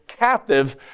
captive